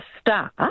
start